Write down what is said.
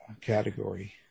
category